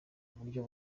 buryo